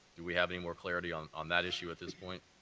do we have any more clarity on on that issue at this point?